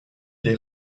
lès